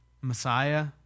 Messiah